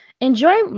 enjoy